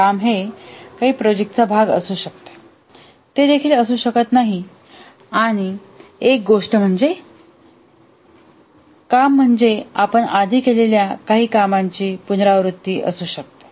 काम हे काही प्रोजेक्टांचा भाग असू शकते ते देखील असू शकत नाही आणि एक गोष्ट म्हणजे काम म्हणजे आपण आधी केलेल्या काही कामांची पुनरावृत्ती असू शकते